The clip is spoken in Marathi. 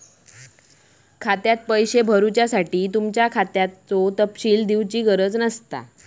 खात्यात पैशे भरुच्यासाठी तुमच्या खात्याचो तपशील दिवची गरज नसता